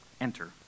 enter